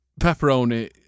pepperoni